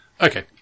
okay